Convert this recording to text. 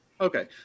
okay